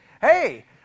hey